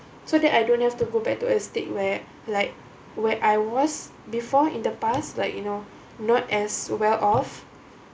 so that I don't have to go back to a state where like where I was before in the past like you know not as well off